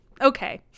Okay